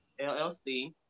LLC